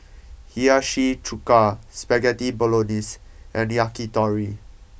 Hiyashi Chuka Spaghetti Bolognese and Yakitori